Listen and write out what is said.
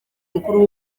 mukuru